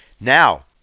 Now